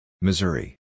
Missouri